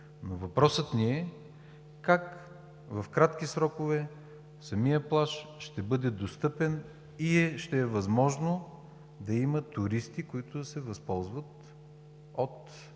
Въпросът ми е: как в кратки срокове самият плаж ще бъде достъпен и ще е възможно да има туристи, които да се възползват от